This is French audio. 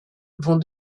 vont